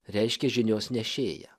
reiškia žinios nešėją